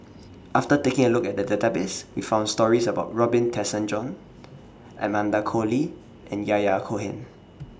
after taking A Look At The Database We found stories about Robin Tessensohn Amanda Koe Lee and Yahya Cohen